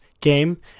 game